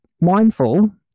mindful